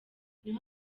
niho